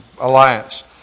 alliance